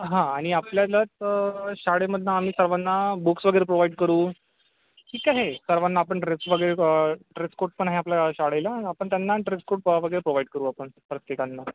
हां आणि आपल्यालाच शाळेमधनं आम्ही सर्वांना बुक्स वगैरे प्रोवाईड करू ठीक आहे सर्वांना आपण ड्रेस वगैरे ड्रेसकोड पण आहे आपल्या शाळेला आपण त्यांना ड्रेसकोड वगैरे प्रोवाईड करू आपण प्रत्येकांना